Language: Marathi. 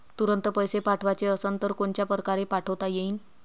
तुरंत पैसे पाठवाचे असन तर कोनच्या परकारे पाठोता येईन?